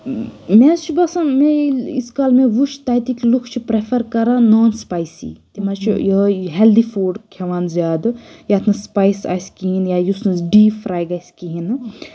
مےٚ حظ چھ باسان مےٚ یژھ کال مےٚ وٕچھ تتیِکۍ لُکھ چِھ پَریفَر کَران نان سپایسی تِم حظ چھِ یِہوے ہؠلدِی فوٗڈ کھؠوان زِیادٕ یَتھ نہٕ سٕپایِس آسہِ کِہیٖنۍ یا یُس نہٕ ڈِیٖپ فَراے گَژھِ کہیٖنۍ نہٕ